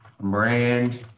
brand